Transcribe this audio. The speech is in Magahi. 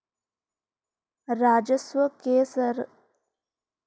राजस्व से सरकार अनेक तरह के जन कल्याणकारी योजना के संचालन करऽ हई